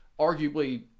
arguably